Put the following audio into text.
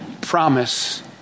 promise